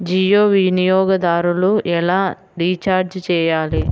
జియో వినియోగదారులు ఎలా రీఛార్జ్ చేయాలి?